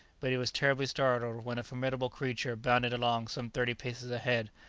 but he was terribly startled when a formidable creature bounded along some thirty paces ahead,